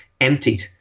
emptied